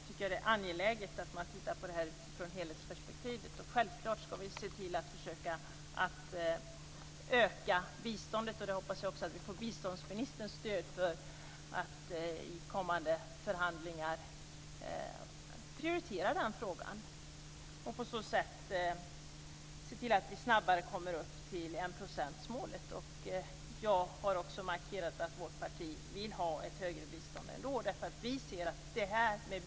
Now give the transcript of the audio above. Därför är det angeläget att se på detta utifrån ett helhetspersepktiv. Självklart ska vi försöka att utöka biståndet, och det hoppas jag att vi får biståndsministerns stöd för så att den frågan blir prioriterad i kommande förhandlingar. På så sätt kan vi snabbare nå upp till enprocentsmålet. Jag har också markerat att vårt parti vill se ett ännu högre bistånd.